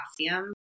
potassium